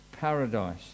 paradise